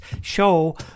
show